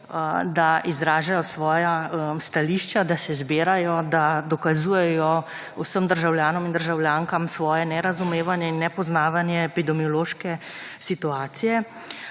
da izražajo svoja stališča, da se zbirajo, da dokazujejo vsem državljankam in državljanom svoje nerazumevanje in nepoznavanje epidemiološke situacije.